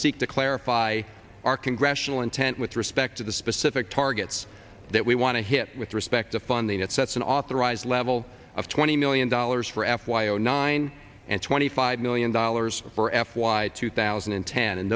seek to clarify our congressional intent with respect to the specific targets that we want to hit with respect the funding that sets an authorized level of twenty million dollars for f y o nine and twenty five million dollars for f y two thousand and ten and